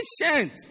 patient